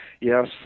yes